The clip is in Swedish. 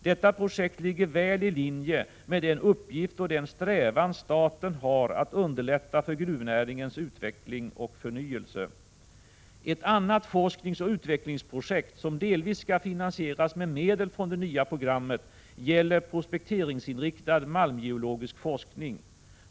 Detta projekt ligger väl i linje med den uppgift och den strävan staten har att underlätta för gruvnäringens utveckling och förnyelse. Ett annat forskningsoch utvecklingsprojekt, som delvis skall finansieras med medel från det nya programmet, gäller prospekteringsinriktad malmgeologisk forskning.